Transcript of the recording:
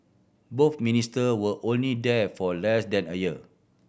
both Minister were only there for less than a year